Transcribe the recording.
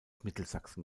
mittelsachsen